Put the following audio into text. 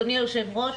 אדוני היושב-ראש,